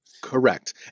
Correct